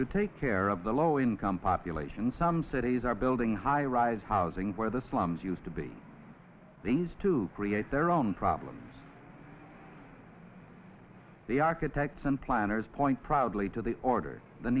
to take care of the low income population some cities are building high rise housing where the slums used to be these two create their own problems the architects and planners point proudly to the order the